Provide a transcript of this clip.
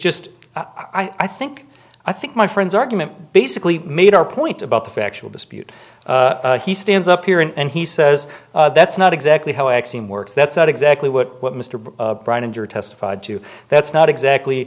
just i think i think my friends argument basically made our point about the factual dispute he stands up here and he says that's not exactly how extreme works that's not exactly what mr bryant injured testified to that's not exactly